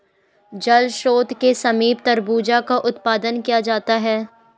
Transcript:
जल स्रोत के समीप तरबूजा का उत्पादन किया जाता है